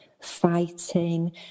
fighting